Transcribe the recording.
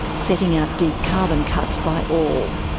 setting out deep carbon cuts by all.